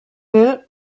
will